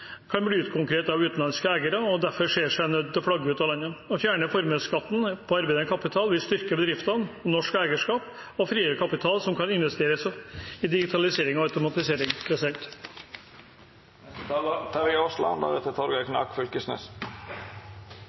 kan bli utkonkurrert av utenlandske eiere og derfor se seg nødt til å flagge ut av landet. Å fjerne formuesskatten på arbeidende kapital vil styrke bedriftene og norsk eierskap og frigjøre kapital, som kan investeres i digitalisering og automatisering.